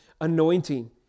anointing